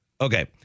Okay